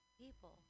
people